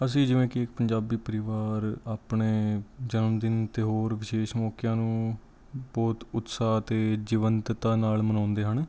ਅਸੀਂ ਜਿਵੇਂ ਕਿ ਪੰਜਾਬੀ ਪਰਿਵਾਰ ਆਪਣੇ ਜਨਮਦਿਨ 'ਤੇ ਹੋਰ ਵਿਸ਼ੇਸ਼ ਮੌਕਿਆਂ ਨੂੰ ਬਹੁਤ ਉਤਸ਼ਾਹ ਅਤੇ ਜੀਵਨਤਿਤਾ ਨਾਲ ਮਨਾਉਂਦੇ ਹਨ